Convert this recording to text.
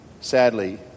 sadly